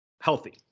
Healthy